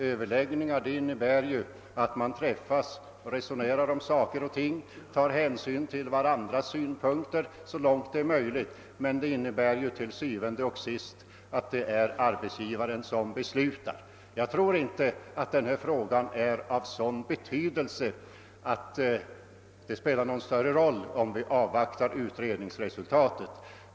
Överläggningar innebär att man resonerar och så långt möjligt tar hänsyn till varandras synpunkter. Men allt detta innebär til syvende og sidst att det är arbetsgivaren som beslutar. Jag tror inte att denna fråga är av sådan betydelse att det spelar någon större roll om vi avvaktar utredningsresultatet.